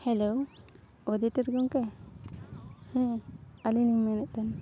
hello ᱚᱫᱤᱛᱮᱥ ᱜᱚᱝᱠᱮ ᱦᱮᱸ ᱟᱹᱞᱤᱧ ᱢᱮᱱᱮᱫ ᱛᱟᱦᱮᱱ